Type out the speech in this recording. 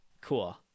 Cool